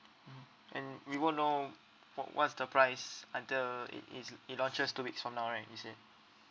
mmhmm and you won't know what what's the price until it is it launches two weeks from now right you said